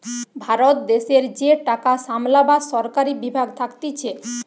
ভারত দেশের যে টাকা সামলাবার সরকারি বিভাগ থাকতিছে